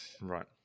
Right